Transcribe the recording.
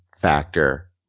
factor